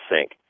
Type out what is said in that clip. sink